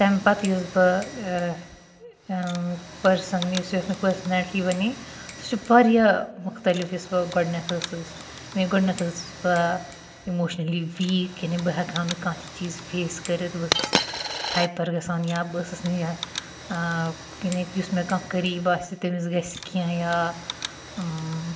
تمہِ پَتہٕ یوٚس بہٕ پٔرسَن یوٚس مےٚ پرسنیلٹی بَنے سُہ چھُ واریاہ مُختلِف یُس بہٕ گۄڈٕنیٚتھ ٲسِس گۄڈٕنیٚتھ ٲسِس بہٕ اِموشنلی ویٖک یعنے بہٕ ہیٚکہ ہا نہٕ کانٛہہ تہِ چیٖز فیس کٔرِتھ بہٕ ٲسِس ہایپَر گَژھان یا بہٕ ٲسِس نہٕ یا یعنے یُس مےٚ کانٛہہ قریب آسہِ تمِس گَژھِ کینٛہہ یا